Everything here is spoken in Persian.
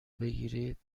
بگیرید